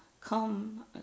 come